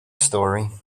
story